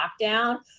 lockdown